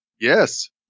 Yes